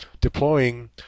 deploying